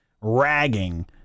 ragging